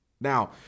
Now